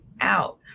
out